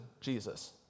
Jesus